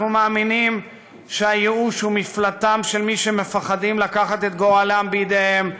אנחנו מאמינים שהייאוש הוא מפלטם של מי שמפחדים לקחת את גורלם בידיהם,